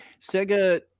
Sega